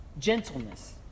gentleness